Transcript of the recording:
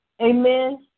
Amen